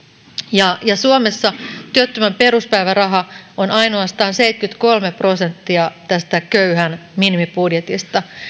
ja suomessa työttömän peruspäiväraha on ainoastaan seitsemänkymmentäkolme prosenttia tästä köyhän minimibudjetista